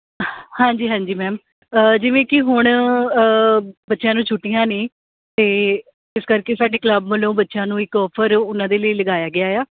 ਹਾਂਜੀ ਹਾਂਜੀ ਮੈਮ ਜਿਵੇਂ ਕਿ ਹੁਣ ਬੱਚਿਆਂ ਨੂੰ ਛੁੱਟੀਆਂ ਨੇ ਅਤੇ ਇਸ ਕਰਕੇ ਸਾਡੇ ਕਲੱਬ ਵੱਲੋਂ ਬੱਚਿਆਂ ਨੂੰ ਇੱਕ ਓਫਰ ਉਹਨਾਂ ਦੇ ਲਈ ਲਗਾਇਆ ਗਿਆ ਆ